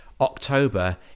October